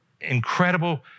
incredible